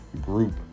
group